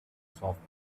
softly